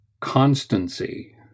constancy